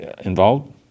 involved